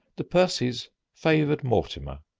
the percys favored mortimer,